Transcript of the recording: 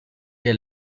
que